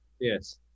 Yes